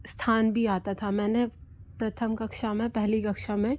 स्थान भी आता था मैंने प्रथम कक्षा में पहली कक्षा में